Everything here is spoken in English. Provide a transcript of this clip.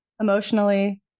emotionally